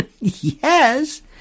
yes